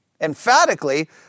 Emphatically